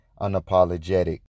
Unapologetic